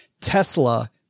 Tesla